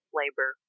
labor